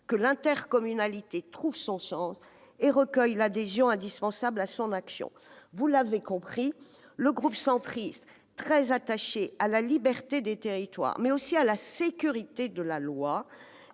que l'intercommunalité trouve son sens et recueille l'adhésion indispensable à son action. Vous l'aurez compris, le groupe Union Centriste, très attaché à la liberté des territoires, mais aussi à la sécurité de la loi